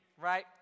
right